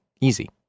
easy